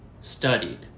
Studied